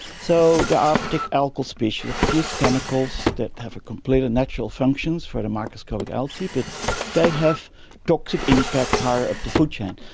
so there are particular algal species that produce chemicals that have completely natural functions for the microscopic algae but they have toxic impacts higher up the food chain.